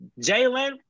Jalen